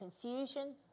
confusion